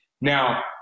Now